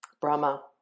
Brahma